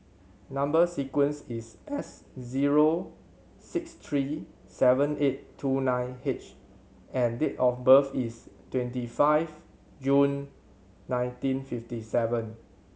number sequence is S zero six three seven eight two nine H and date of birth is twenty five June nineteen fifty seven